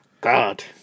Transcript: God